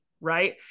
Right